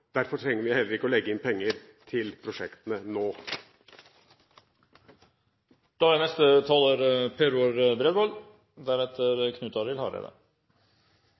Derfor trenger vi heller ikke å legge inn penger til prosjektene